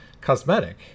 cosmetic